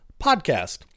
podcast